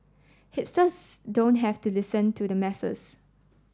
hipsters don't have to listen to the masses